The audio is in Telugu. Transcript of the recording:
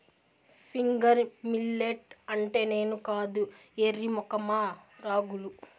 ఫింగర్ మిల్లెట్ అంటే నేను కాదు ఎర్రి మొఖమా రాగులు